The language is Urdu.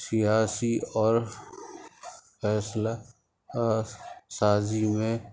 سیاسی اور فیصلہ سازی میں